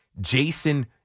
Jason